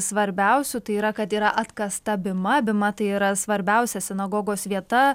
svarbiausių tai yra kad yra atkasta bima bima tai yra svarbiausia sinagogos vieta